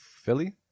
Philly